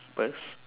purse